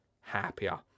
happier